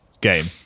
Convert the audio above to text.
game